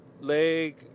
leg